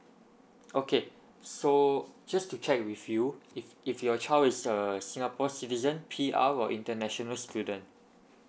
okay so just to check with you if if your child is a singapore citizen P_R or international student